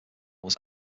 was